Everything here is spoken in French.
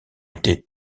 été